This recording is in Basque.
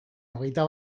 hogeita